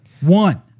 One